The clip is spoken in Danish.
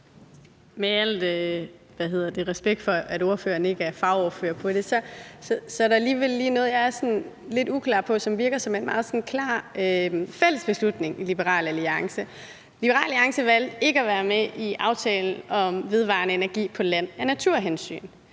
Med al respekt for, at ordføreren ikke er fagordfører på det her, er der alligevel lige noget, jeg er sådan lidt uklar på, og som virker som en meget klar fælles beslutning i Liberal Alliance. Liberal Alliance valgte ikke at være med i aftalen om vedvarende energi på land af naturhensyn,